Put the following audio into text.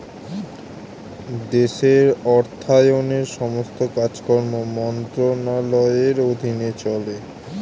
দেশের অর্থায়নের সমস্ত কাজকর্ম মন্ত্রণালয়ের অধীনে চলে